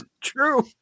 True